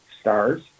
stars